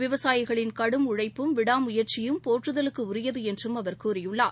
விவசாயிகளின் கடும் உழைப்பும் விடாமுயற்சியும் போற்றுதலுக்குரியதுஎன்றும் அவர் கூறியுள்ளார்